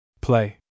Play